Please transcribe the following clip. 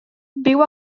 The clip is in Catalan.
viu